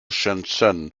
shenzhen